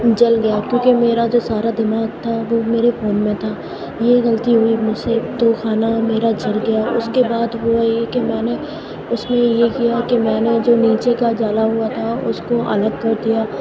جل گیا کیوںکہ میرا جو سارا دماغ تھا وہ میرے فون میں تھا یہ غلطی ہوئی مجھ سے تو کھانا میرا جل گیا اس کے بعد ہوا یہ کہ میں نے اس میں یہ کیا کہ میں نے جو نیچے کا جلا ہوا تھا اس کو الگ کر دیا